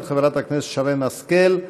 מאת חברת הכנסת שרן השכל.